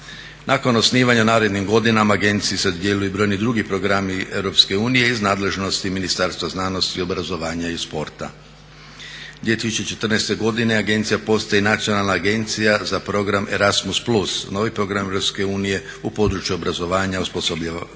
Nakon osnivanja u narednim godinama agenciji se dodjeljuju i brojni drugi programi Europske unije iz nadležnosti Ministarstva znanosti, obrazovanja i sporta. 2014. godine agencija postaje i Nacionalna agencija za program Erasmus+ novi program Europske unije u području obrazovanja, osposobljavanja